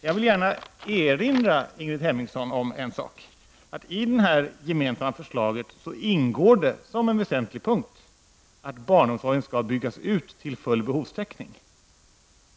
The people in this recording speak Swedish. Jag vill erinra Ingrid Hemmingsson om att det i detta gemensamma förslag ingår som en väsentlig punkt att barnomsorgen skall byggas ut till full behovstäckning.